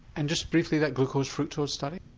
and just briefly that glucose fructose study?